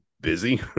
Busy